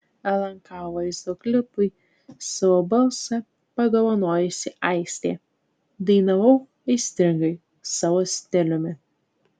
lnk vaizdo klipui savo balsą padovanojusi aistė dainavau aistringai savo stiliumi